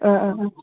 ꯑꯥ ꯑꯥ ꯑꯥ